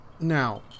now